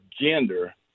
gender